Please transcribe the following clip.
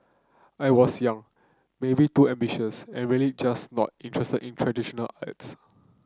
I was young maybe too ambitious and really just not interested in traditional arts